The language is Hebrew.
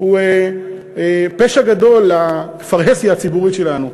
הוא פשע גדול לפרהסיה הציבורית שלנו.